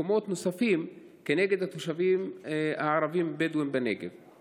כנגד התושבים הבדואים בנגב במקומות נוספים.